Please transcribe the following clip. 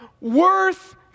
worth